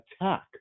attack